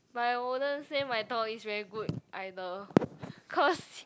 but I wouldn't say my dog is very good either cause